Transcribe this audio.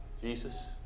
Jesus